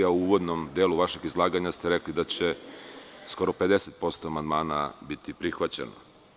U uvodnom delu vašeg izlaganja ste rekli da će skoro 50% amandmana biti prihvaćeno.